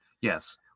Yes